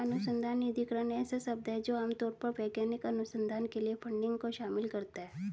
अनुसंधान निधिकरण ऐसा शब्द है जो आम तौर पर वैज्ञानिक अनुसंधान के लिए फंडिंग को शामिल करता है